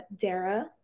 Dara